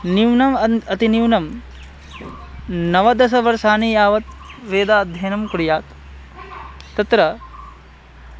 न्यूनम् अन् अतिन्यूनं नवदषवर्षाणि यावत् वेदाध्ययनं कुर्यात् तत्र